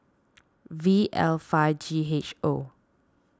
V L five G H O